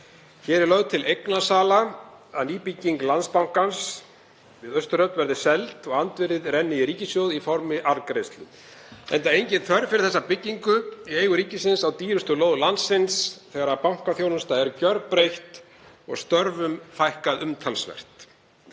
Hér er lögð til eignasala, að nýbygging Landsbankans við Austurhöfn verði seld og andvirðið renni í ríkissjóð í formi arðgreiðslu enda engin þörf fyrir þessa byggingu í eigu ríkisins á dýrustu lóð landsins þegar bankaþjónusta er gjörbreytt og störfum hefur fækkað umtalsvert.